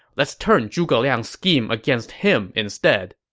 let's turn zhuge liang's scheme against him instead.